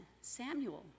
Samuel